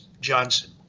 Johnson